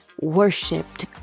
worshipped